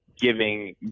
giving